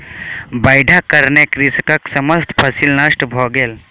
बाइढ़क कारणेँ कृषकक समस्त फसिल नष्ट भ गेल